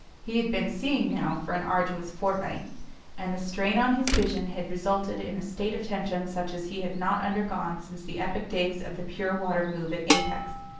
he had been seeing now for an arduous fortnight and the strain on his vision had resulted in a state of tension such as he had not undergone since the epic days of the pure water move at apex.